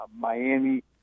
Miami